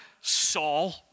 Saul